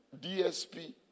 DSP